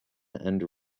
and